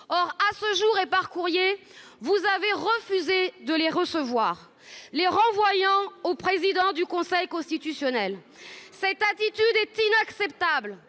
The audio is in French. À ce jour et par courrier, vous avez refusé de les recevoir, les renvoyant au président du Conseil constitutionnel. Cette attitude est inacceptable,